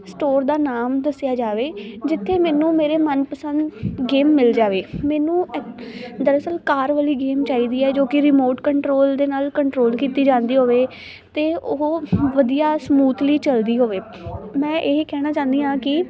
store ਦਾ ਨਾਮ ਦੱਸਿਆ ਜਾਵੇ ਜਿੱਥੇ ਮੈਨੂੰ ਮੇਰੇ ਮਨ ਪਸੰਦ ਗੇਮ ਮਿਲ ਜਾਵੇ ਮੈਨੂੰ ਦਰਅਸਲ ਕਾਰ ਵਾਲੀ ਗੇਮ ਚਾਹੀਦੀ ਹੈ ਜੋ ਕਿ ਰਿਮੋਟ ਕੰਟਰੋਲ ਦੇ ਨਾਲ ਕੰਟਰੋਲ ਕੀਤੀ ਜਾਂਦੀ ਹੋਵੇ ਅਤੇ ਉਹ ਵਧੀਆ ਸਮੂਥਲੀ ਚਲਦੀ ਹੋਵੇ ਮੈਂ ਇਹ ਕਹਿਣਾ ਚਾਹੁੰਦੀ ਹਾਂ ਕਿ